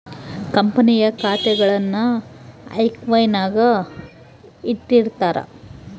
ಕಂಪನಿಯ ಖಾತೆಗುಳ್ನ ಆರ್ಕೈವ್ನಾಗ ಇಟ್ಟಿರ್ತಾರ